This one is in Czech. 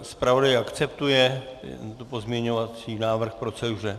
Zpravodaj akceptuje tento pozměňovací návrh k proceduře?